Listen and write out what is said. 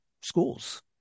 schools